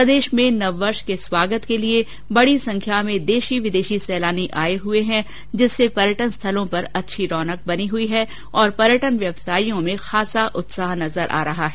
प्रदेश में नववर्ष के स्वागत के लिये बडी संख्या में देशी विदेशी सैलानी आये हुए है जिससे पर्यटन स्थलों पर अच्छी रौनक बनी हुई है और पर्यटन व्यवसाइयों में खास उत्साह नजर आ रहा है